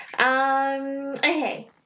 Okay